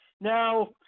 Now